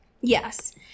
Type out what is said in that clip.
Yes